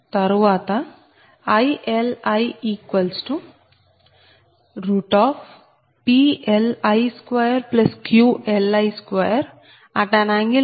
తరువాతILiPLi2QLi2∠ iVi iPLi2QLi2i iVi